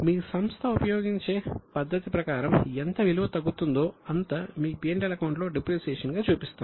మీ సంస్థ ఉపయోగించే పద్దతి ప్రకారం ఎంత విలువ తగ్గుతుందో అంత మీ P L అకౌంట్ డిప్రిసియేషన్ గా చూపిస్తాము